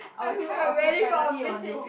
I will throw a profanity on you